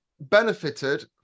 benefited